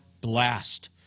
blast